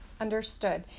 Understood